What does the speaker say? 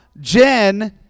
Jen